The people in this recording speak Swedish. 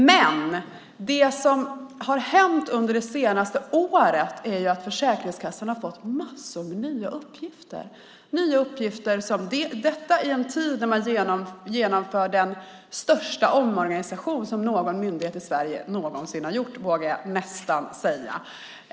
Men det som har hänt under det senaste året är att Försäkringskassan har fått massor av nya uppgifter - detta i en tid när man genomför den största omorganisation som någon myndighet i Sverige någonsin har gjort, vågar jag nästan säga.